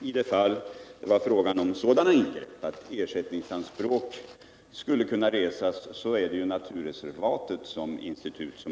I de fall det var fråga om sådana ingrepp att ersättningsanspråk skulle kunna resas, skulle man använda sig av naturreservatet såsom institut.